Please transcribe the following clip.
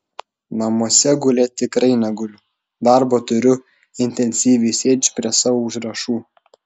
namuose gulėt tikrai neguliu darbo turiu intensyviai sėdžiu prie savo užrašų